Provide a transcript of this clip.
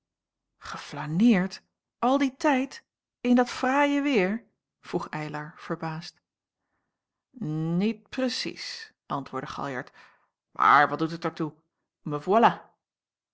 geflaneerd al dien tijd in dat fraaie weêr vroeg eylar verbaasd niet precies antwoordde galjart maar wat doet het er toe